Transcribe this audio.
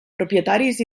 propietaris